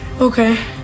Okay